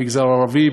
במגזר הערבי,